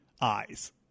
eyes